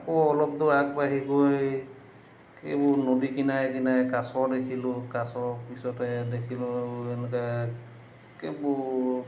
আকৌ অলপ দূৰ আগবাঢ়ি গৈ এইবোৰ নদীৰ কিনাৰে কিনাৰে কাছ দেখিলোঁ কাছৰ পিছতে দেখিলোঁ এনেকৈ এইবোৰ